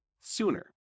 sooner